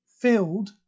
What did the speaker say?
filled